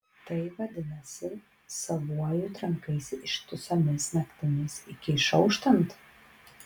tai vadinasi savuoju trankaisi ištisomis naktimis iki išauštant